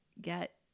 get